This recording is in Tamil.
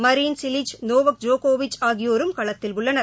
மரீன் சிலிச் நோவக் ஜோகோவிச் ஆகியோரும் களத்தில் உள்ளனர்